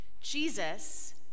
Jesus